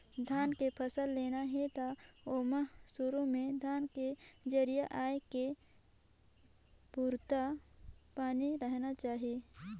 धान के फसल लेना हे त ओमहा सुरू में धान के जरिया आए के पुरता पानी रहना चाही